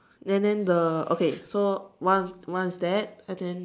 and then the okay so one one is that and then